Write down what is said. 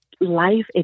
life